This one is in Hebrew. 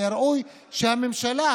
ראוי שהממשלה,